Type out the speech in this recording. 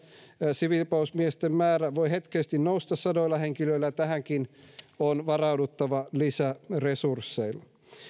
siviilipalvelusmiesten määrä voi hetkellisesti nousta sadoilla henkilöillä ja tähänkin on varauduttava lisäresursseilla